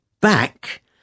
back